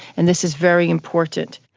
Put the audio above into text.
and this is very important.